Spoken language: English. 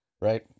right